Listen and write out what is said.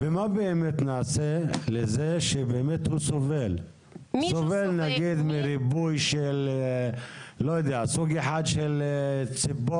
ומה באמת נעשה לזה שבאמת הוא סובל נגיד מריבוי של סוג של אחד ציפור,